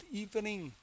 evening